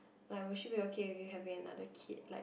like will she be okay if you have another kid like